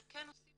אני אוסיף